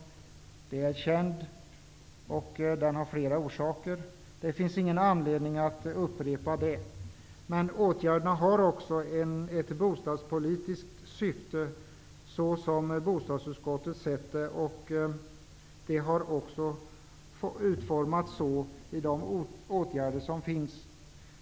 Nedgången är känd och har flera orsaker. Det finns ingen anledning att upprepa det. Men åtgärderna har också ett bostadspolitiskt syfte, som bostadsutskottet sett det hela, och det har också bidragit till utformningen av åtgärderna i vissa delar.